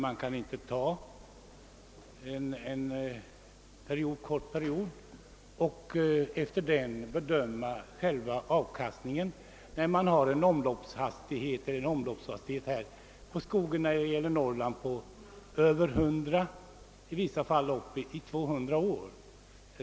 Det går inte att ta en kort period och enbart efter denna bedöma själva avkastningen när skogen har en omloppshastighet på över 100, i vissa fall 200 år.